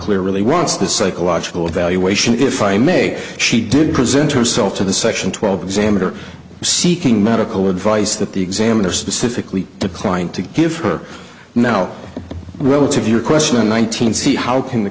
clear really wants the psychological evaluation if i may she didn't present herself to the section twelve examiner seeking medical advice that the examiner specifically declined to give her now relative your question in one thousand see how can the